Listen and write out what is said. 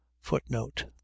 Footnote